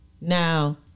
Now